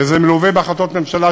וזה מלווה בהחלטות ממשלה,